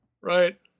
Right